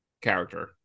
character